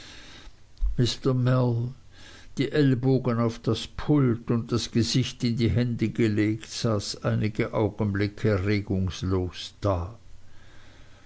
mr mell die ellbogen auf das pult und das gesicht in die hände gelegt saß einige augenblicke regungslos da